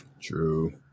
True